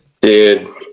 Dude